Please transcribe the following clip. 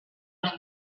els